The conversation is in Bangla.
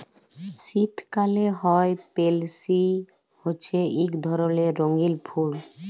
শীতকালে হ্যয় পেলসি হছে ইক ধরলের রঙ্গিল ফুল